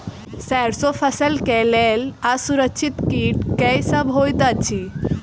सैरसो फसल केँ लेल असुरक्षित कीट केँ सब होइत अछि?